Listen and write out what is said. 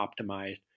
optimized